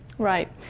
Right